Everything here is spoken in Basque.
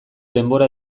denbora